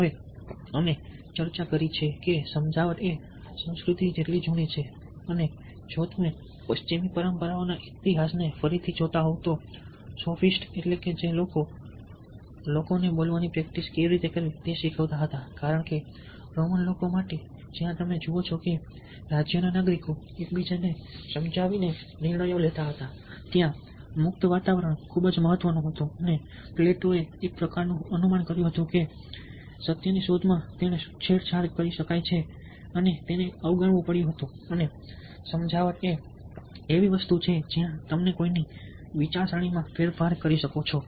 હવે અમે ચર્ચા કરી છે કે સમજાવટ એ સંસ્કૃતિ જેટલી જૂની છે અને જો તમે પશ્ચિમી પરંપરાઓના ઇતિહાસને ફરીથી જોતા હોવ તો સોફિસ્ટ એટલે કે જે લોકોને બોલવાન ની પ્રેક્ટિસ કેવી રીતે કરવી તે શીખવતા હતા કારણ કે રોમન લોકો માટે જ્યાં તમે જુઓ છો કે રાજ્યના નાગરિકો એકબીજાને સમજાવીને નિર્ણયો લેતા હતા ત્યાં મુક્ત વાતાવરણ ખૂબ જ મહત્વપૂર્ણ હતું અને પ્લેટો એક પ્રકારનું અનુમાન હતું કારણ કે સત્યની શોધમાં તેણે શું છેડછાડ કરી શકાય તેને અવગણવું પડ્યું અને સમજાવટ એ એવી વસ્તુ છે જ્યાં તમે કોઈની વિચારસરણીમાં ફેરફાર કરી શકો છો